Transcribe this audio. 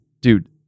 Dude